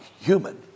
human